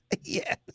Yes